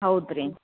ಹೌದು ರಿ